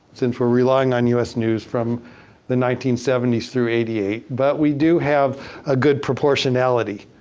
since we're relying on u s. news from the nineteen seventy s through eighty eight. but we do have a good proportionality.